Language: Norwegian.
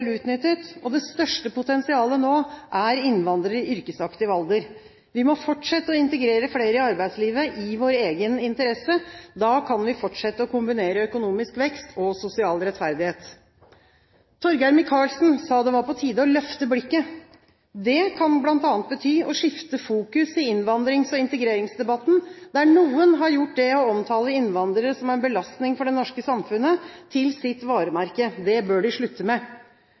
utnyttet. Det største potensialet nå er innvandrere i yrkesaktiv alder. Vi må fortsette å integrere flere i arbeidslivet, i vår egen interesse. Da kan vi fortsette å kombinere økonomisk vekst og sosial rettferdighet. Torgeir Micaelsen sa det var på tide å løfte blikket. Det kan bl.a. bety å skifte fokus i innvandrings- og integreringsdebatten, der noen har gjort det å omtale innvandrere som en belastning for det norske samfunnet til sitt varemerke. Det bør de slutte med.